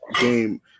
game